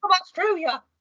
Australia